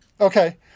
Okay